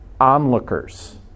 onlookers